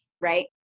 right